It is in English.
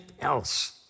else